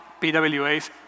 PWAs